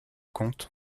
compte